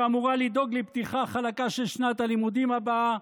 שאמורה לדאוג לפתיחה חלקה של שנת הלימודים הבאה,